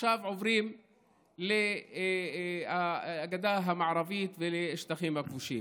עכשיו עוברים לגדה המערבית ולשטחים הכבושים,